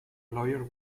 lawyer